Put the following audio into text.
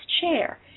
chair